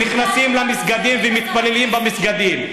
והם נכנסים למסגדים ומתפללים במסגדים.